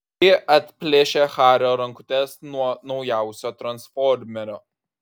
ji atplėšia hario rankutes nuo naujausio transformerio